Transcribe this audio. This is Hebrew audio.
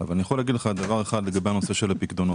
אבל אני יכול להגיד לך דבר אחד לגבי הנושא של הפיקדונות.